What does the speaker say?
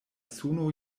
suno